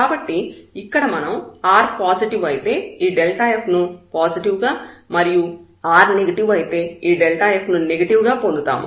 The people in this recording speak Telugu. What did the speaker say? కాబట్టి ఇక్కడ మనం r పాజిటివ్ అయితే ఈ f ను పాజిటివ్ గా మరియు r నెగటివ్ అయితే ఈ f ను నెగటివ్ గా పొందుతాము